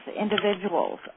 individuals